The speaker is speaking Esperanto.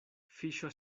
fiŝo